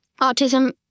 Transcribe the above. autism